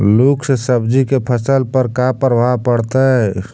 लुक से सब्जी के फसल पर का परभाव पड़तै?